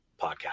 podcast